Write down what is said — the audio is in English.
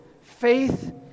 faith